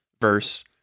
verse